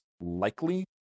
likely